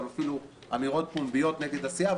גם אפילו אמירות פומביות נגד הסיעה,